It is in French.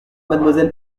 mademoiselle